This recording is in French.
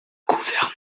gouverneur